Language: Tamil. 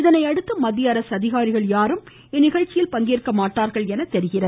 இதனையடுத்து மத்திய அரசு அதிகாரிகள் யாரும் இந்நிகழ்ச்சியில் பங்கேற்க மாட்டார்கள் என தெரிகிறது